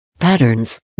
patterns